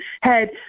head